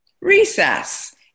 Recess